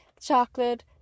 chocolate